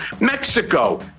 Mexico